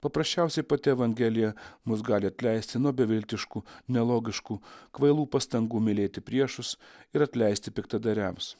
paprasčiausiai pati evangelija mus gali atleisti nuo beviltiškų nelogiškų kvailų pastangų mylėti priešus ir atleisti piktadariams